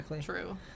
true